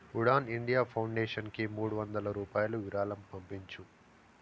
Udaan India ఫౌండేషన్కి మూడువందలు రూపాయలు విరాళం పంపించు